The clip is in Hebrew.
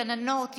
גננות,